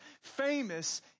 famous